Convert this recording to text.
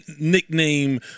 nickname